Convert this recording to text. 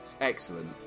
excellent